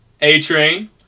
A-Train